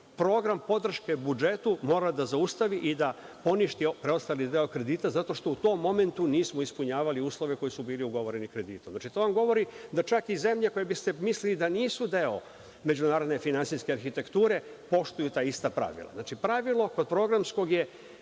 program podrške budžetu morala da zaustavi i da poništi preostali deo kredita zato što u tom momentu nismo ispunjavali uslove koji su bili ugovoreni kreditom. To vam govori da čak i zemlje za koje ste mislili da nisu deo međunarodne finansijske arhitekture poštuju ta ista pravila. Znači, pravilo kod programskog je